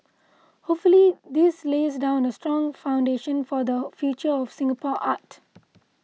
hopefully this lays down a strong foundation for the future of Singapore art